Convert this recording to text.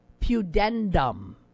Pudendum